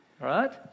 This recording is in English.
right